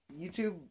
YouTube